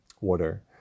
water